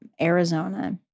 Arizona